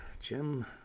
Jim